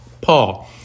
Paul